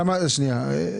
התחייבו כבר.